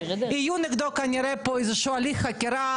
יהיה נגדו כנראה איזה שהוא הליך חקירה